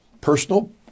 personal